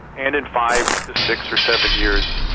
and in five to six or seven years,